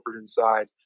inside